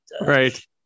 Right